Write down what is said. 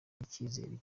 n’icyizere